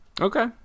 okay